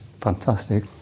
fantastic